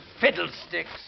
Fiddlesticks